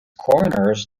corners